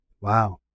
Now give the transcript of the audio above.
wow